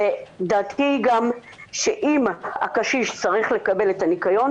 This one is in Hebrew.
דעתי גם שאם הקשיש צריך לקבל את הניקיון,